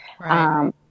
Right